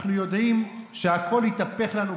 אנחנו יודעים שהכול יתהפך לנו,